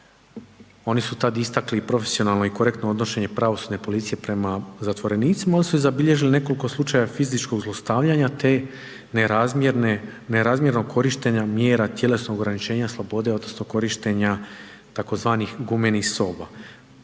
Oni su i tada istakli i profesionalno i korektno odnošenje pravosudne policije prema zatvorenicima, oni su zabilježili nekoliko slučajeva fizičkog zlostavljanja te nerazmjerno korištenja mjera tjelesnog ograničenja slobode odnosno korištenja tzv. gumenih soba.